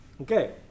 Okay